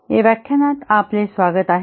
या व्याख्यानात आपले स्वागत आहे